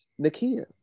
Nakia